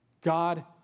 God